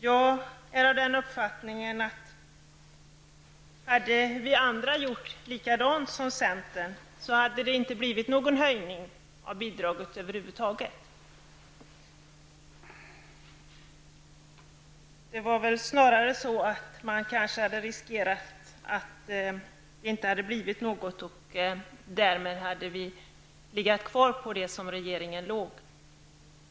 Jag är av den uppfattningen att hade vi andra gjort likadant som centern, hade det inte blivit någon höjning av bidraget över huvud taget. Man hade snarare riskerat att stödet legat kvar på den nivå som regeringen hade bestämt sig för.